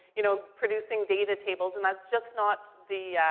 you know, producing data tables, and that's just not the,